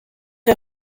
est